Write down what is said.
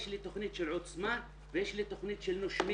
יש לי תכנית של 'עוצמה' ויש לי תכנית של 'נושמים',